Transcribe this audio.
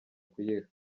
kuyiha